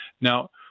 Now